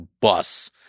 bus